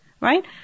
Right